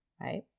right